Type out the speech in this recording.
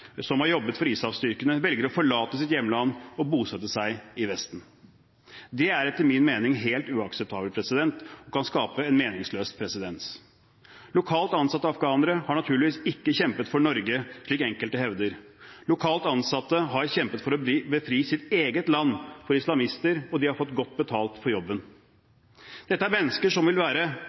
som har jobbet for ISAF-styrkene, velger å forlate sitt hjemland og bosette seg i Vesten. Det er etter min mening helt uakseptabelt og kan skape en meningsløs presedens. Lokalt ansatte afghanere har naturligvis ikke kjempet for Norge, slik enkelte hevder. Lokalt ansatte har kjempet for å befri sitt eget land for islamister, og de har fått godt betalt for jobben. Dette er mennesker som vil være